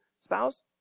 spouse